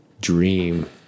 dream